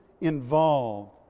involved